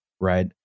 right